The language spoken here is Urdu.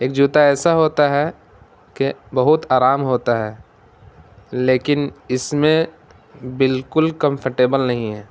ایک جوتا ایسا ہوتا ہے کہ بہت آرام ہوتا ہے لیکن اس میں بالکل کمفرٹیبل نہیں ہے